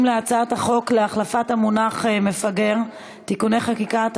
להצעת החוק להחלפת המונח מפגר (תיקוני חקיקה),